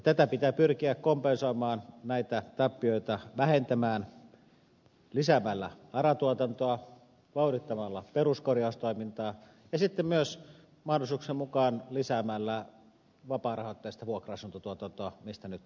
tätä pitää pyrkiä kompensoimaan näitä tappioita vähentämään lisäämällä ara tuotantoa vauhdittamalla peruskorjaustoimintaa ja sitten myös mahdollisuuksien mukaan lisäämällä vapaarahoitteista vuokra asuntotuotantoa mistä nyt on kysymys